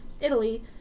Italy